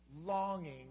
longing